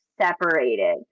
separated